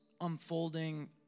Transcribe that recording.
unfolding